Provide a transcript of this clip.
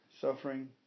suffering